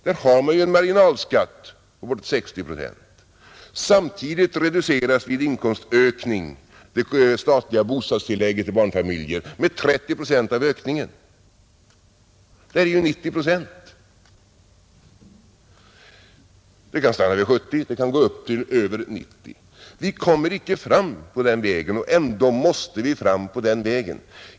Där har man en marginalskatt på bortåt 60 procent och samtidigt reduceras vid inkomstökningen det statliga bostadstillägget till barnfamiljer med 30 procent av ökningen. Där är 90 procent, Det kan stanna vid 70 procent, det kan gå upp till över 90 procent. Vi kommer inte fram på den vägen och ändå måste vi fortsätta framåt.